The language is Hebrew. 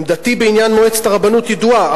עמדתי בעניין מועצת הרבנות היא ידועה,